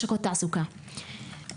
לשכות תעסוקה,